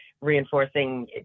reinforcing